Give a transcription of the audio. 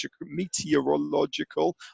meteorological